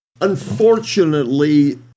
Unfortunately